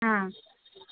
ಹ್ಞೂ